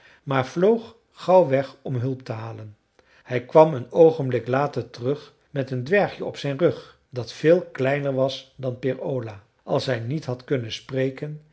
maar vloog gauw weg om hulp te halen hij kwam een oogenblik later terug met een dwergje op zijn rug dat veel kleiner was dan peer ola als hij niet had kunnen spreken